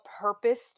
purpose